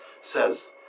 says